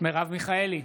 מרב מיכאלי,